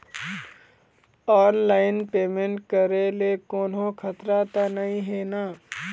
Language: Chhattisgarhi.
ऑनलाइन पेमेंट करे ले कोन्हो खतरा त नई हे न?